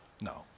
No